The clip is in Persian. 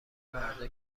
مردا